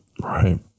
Right